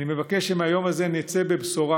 אני מבקש שמהיום הזה נצא בבשורה: